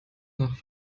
nach